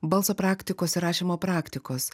balso praktikos ir rašymo praktikos